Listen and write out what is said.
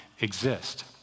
exist